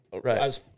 Right